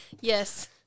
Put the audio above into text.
Yes